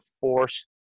force